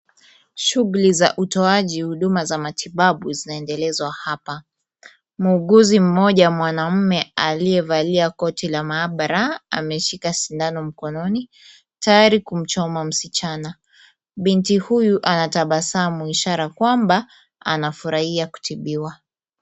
Shughuli za utoaji huduma za matibabu zinaendelezwa hapa. Muuguzi mmoja mwanaume aliyevalia koti la maabara ameshika sindano mkononi, tayari kumchoma msichana. Binti huyu anatabasamu ishara kwamba ana furahia kutibiwa.